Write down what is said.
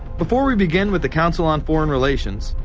before we begin with the council on foreign relations,